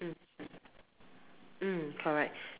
mm mm correct